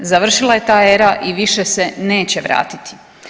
Završila je ta era i više se neće vratiti.